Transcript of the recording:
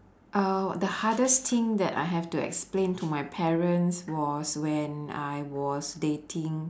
uh the hardest thing that I have to explain to my parents was when I was dating